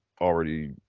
already